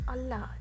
Allah